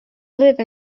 live